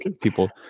people